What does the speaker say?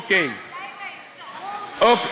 זה ימנע אולי את האפשרות, אוקיי.